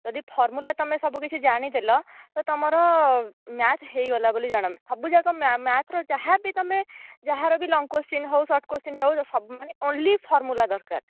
ଯଦି ଫର୍ମୁଲା ତମେ ସବୁକିଛି ଯାଣିଦେଲ ତ ତମର ମ୍ୟାଥ ହୋଇଗଲା ବୋଲି ଜାଣନ୍ତୁ ସବୁଯାକ ମ୍ୟାଥ ର ଯାହା ବି ତମେ ଯାହାର ବି ଲଙ୍ଗ କ୍ୱାସ୍ଚିନ ହେଉ ସର୍ଟ କ୍ୱାସ୍ଚିନ ହେଉ ସବୁ ମାନେ ଓଂଲି ଫର୍ମୁଲା ଦରକାର